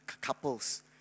couples